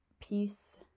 peace